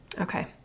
Okay